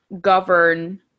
govern